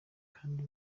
kandi